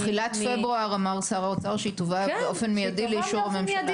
בתחילת פברואר אמר שר האוצר שהיא תובא באופן מיידי לאישור הממשלה.